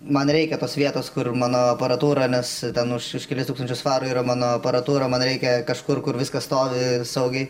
man reikia tos vietos kur mano aparatūra nes ten už už kelis tūkstančius svarų yra mano aparatūra man reikia kažkur kur viskas stovi saugiai